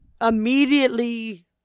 immediately